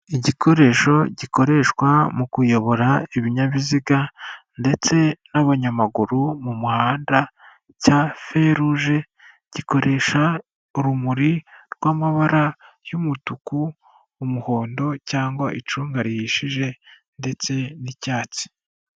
Igikoresho gikoreshwa mu kuyobora ibinyabiziga ndetse n'abanyamaguru mu muhanda cya feruje, gikoresha urumuri rw'amabara y'umutuku, umuhondo cg icunga rihishije ndetse n'icyatsi.